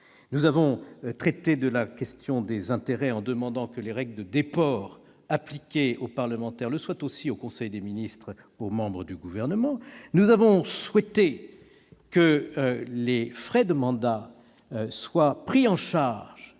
Nous avons traité de la question des intérêts, en demandant que les règles de déport appliquées aux parlementaires le soient aussi, en conseil des ministres, aux membres du Gouvernement. Nous avons souhaité que les frais de mandat soient pris en charge